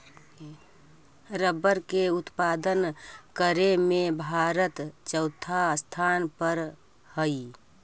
rubber के उत्पादन करे में भारत चौथा स्थान पर हई